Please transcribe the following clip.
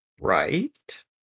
right